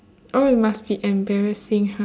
oh it must be embarrassing !huh!